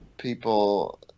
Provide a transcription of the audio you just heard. people